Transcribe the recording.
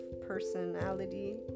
personality